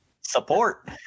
Support